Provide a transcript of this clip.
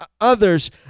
others